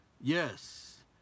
Yes